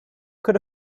could